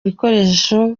bikoresho